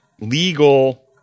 Legal